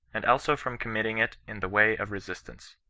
and also from committing it in the way of resistance.